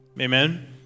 Amen